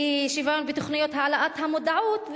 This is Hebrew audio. אי-שוויון בתוכניות להעלאת המודעות.